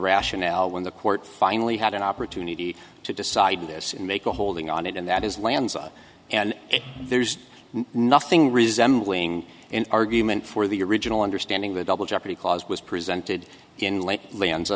rationale when the court finally had an opportunity to decide this and make a holding on it and that is lands and there's nothing resembling an argument for the original understanding the double jeopardy clause was presented in l